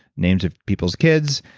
names of people's kids.